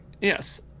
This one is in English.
Yes